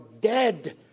dead